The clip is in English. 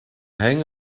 hang